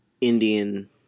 Indian